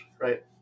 right